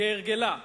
כהרגלה.